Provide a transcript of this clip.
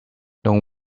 don’t